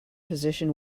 physician